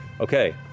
Okay